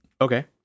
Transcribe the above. Okay